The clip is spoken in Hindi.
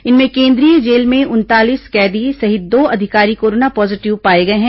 इनमें केंद्रीय जेल में उनतालीस कैदी सहित दो अधिकारी कोरोना पॉजीटिव पाए गए हैं